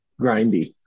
grindy